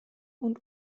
und